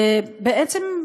בעצם,